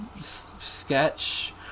sketch